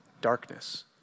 darkness